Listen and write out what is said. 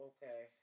Okay